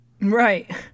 Right